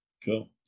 Cool